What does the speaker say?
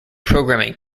programming